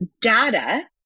data